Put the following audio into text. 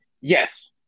yes